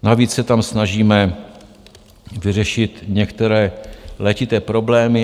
Navíc se tam snažíme vyřešit některé letité problémy.